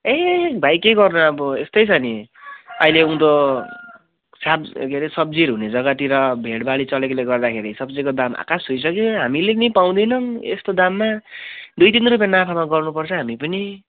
ए भाइ के गर्नु अब यस्तै छ नि अहिले उँदो साब के हरे सब्जीहरू हुने जग्गातिर भेलबाढी चलेकोले गर्दाखेरि सब्जीको दाम आकास छुइसक्यो हामीले नि पाउँदिनौँ यस्तो दाममा दुई तिन रुपियाँमा नाफामा गर्नुपर्छ हामी पनि